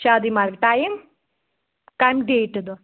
شادی مارگ ٹایِم کَمہِ ڈیٚٹہِ دۄہ